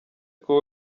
kuba